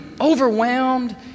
overwhelmed